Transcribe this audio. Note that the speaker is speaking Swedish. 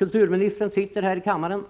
Kulturministern sitter här i kammaren, och